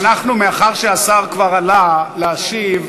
מאחר שהשר כבר עלה להשיב,